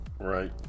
Right